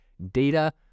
data